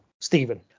Stephen